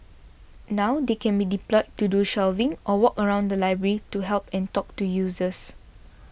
now they can be deployed to do shelving or walk around the library to help and talk to users